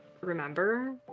remember